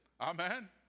Amen